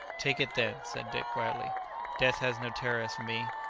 take it, then, said dick quietly death has no terrors for me,